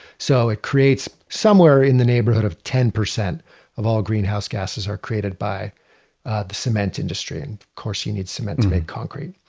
so it creates somewhere in the neighborhood of ten percent of all greenhouse gases are created by the cement industry. and of course, you need cement to make concrete.